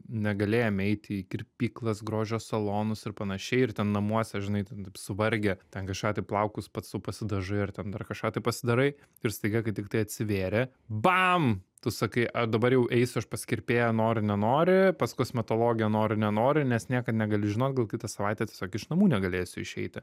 negalėjome eiti į kirpyklas grožio salonus ir panašiai ir ten namuose žinai taip suvargę ten kažką tai plaukus pats su pasidažai ir ten dar kažką tai pasidarai ir staiga kai tiktai atsivėrė bam tu sakai ar dabar jau eisiu aš pas kirpėją nori nenori pas kosmetologę nori nenori nes niekad negali žinot gal kitą savaitę tiesiog iš namų negalėsiu išeiti